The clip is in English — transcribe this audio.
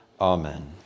Amen